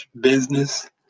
business